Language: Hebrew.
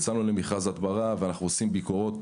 יצאנו למכרז הדברה ואנחנו עושים ביקורות